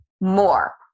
more